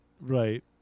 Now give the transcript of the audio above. Right